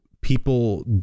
people